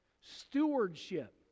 Stewardship